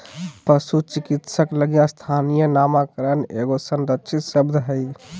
पशु चिकित्सक लगी स्थानीय नामकरण एगो संरक्षित शब्द हइ